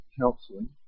counseling